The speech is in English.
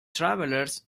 travelers